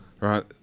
right